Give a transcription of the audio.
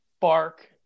bark